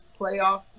playoff